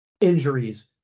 injuries